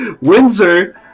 Windsor